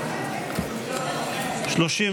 התשפ"ג 2023, לוועדת העבודה והרווחה נתקבלה.